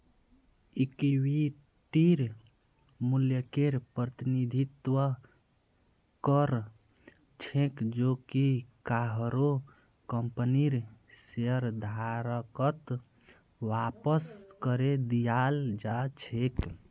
इक्विटीर मूल्यकेर प्रतिनिधित्व कर छेक जो कि काहरो कंपनीर शेयरधारकत वापस करे दियाल् जा छेक